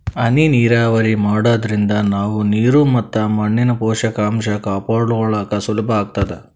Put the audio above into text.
ಹನಿ ನೀರಾವರಿ ಮಾಡಾದ್ರಿಂದ ನಾವ್ ನೀರ್ ಮತ್ ಮಣ್ಣಿನ್ ಪೋಷಕಾಂಷ ಕಾಪಾಡ್ಕೋಳಕ್ ಸುಲಭ್ ಆಗ್ತದಾ